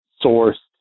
source